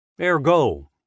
Ergo